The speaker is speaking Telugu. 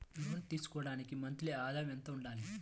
లోను తీసుకోవడానికి మంత్లీ ఆదాయము ఎంత ఉండాలి?